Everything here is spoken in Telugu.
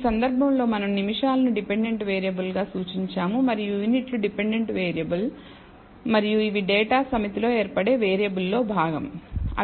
ఈ సందర్భంలో మనం నిమిషాలను డిపెండెంట్ వేరియబుల్ గా సూచించాము మరియు యూనిట్లు డిపెండెంట్ వేరియబుల్ మరియు ఇవి డేటా సమితిలో ఏర్పడే వేరియబుల్ లో భాగం